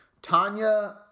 Tanya